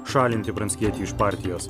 šalinti pranckietį iš partijos